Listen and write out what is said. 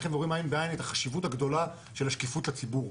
ורואים עין בעין את החשיבות הגדולה של השקיפות לציבור.